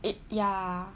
it ya